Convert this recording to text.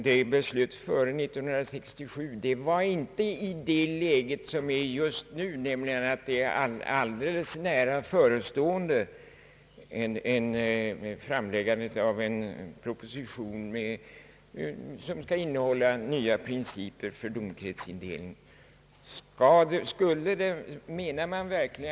Det beslöts före 1967, och det var inte i det läget där vi befinner oss just nu, nämligen då framläggandet av en proposition, som skall innehålla nya principer för domkretsindelningen, är nära förestående.